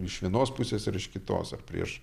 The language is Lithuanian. iš vienos pusės ar iš kitos prieš